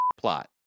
plot